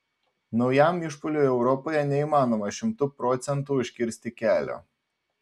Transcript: naujam išpuoliui europoje neįmanoma šimtu procentų užkirsti kelio